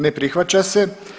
Ne prihvaća se.